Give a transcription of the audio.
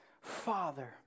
father